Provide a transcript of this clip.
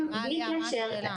אבל בלי קשר.